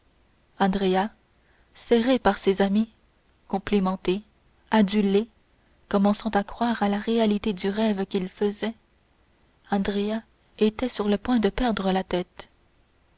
serré par ses amis complimenté adulé commençant à croire à la réalité du rêve qu'il faisait andrea était sur le point de perdre la tête